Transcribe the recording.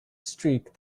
streak